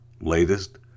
latest